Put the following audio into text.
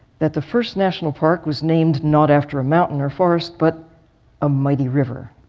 that the first national park was named not after a mountain or forest but a mighty river,